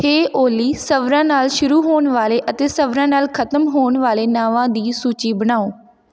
ਹੇ ਓਲੀ ਸਵਰਾਂ ਨਾਲ ਸ਼ੁਰੂ ਹੋਣ ਵਾਲੇ ਅਤੇ ਸਵਰਾਂ ਨਾਲ ਖਤਮ ਹੋਣ ਵਾਲੇ ਨਾਵਾਂ ਦੀ ਸੂਚੀ ਬਣਾਉ